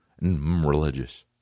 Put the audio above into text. Religious